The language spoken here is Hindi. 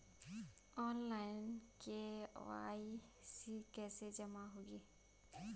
ऑनलाइन के.वाई.सी कैसे जमा होगी?